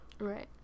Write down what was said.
Right